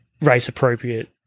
race-appropriate